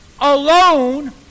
alone